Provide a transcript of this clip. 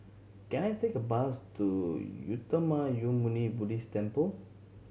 can I take a bus to Uttamayanmuni Buddhist Temple